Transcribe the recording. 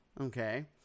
okay